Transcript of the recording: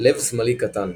לב שמאלי קטן,